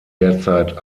derzeit